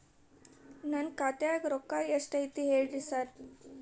ನನ್ ಖಾತ್ಯಾಗ ರೊಕ್ಕಾ ಎಷ್ಟ್ ಐತಿ ಹೇಳ್ರಿ ಸಾರ್?